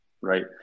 right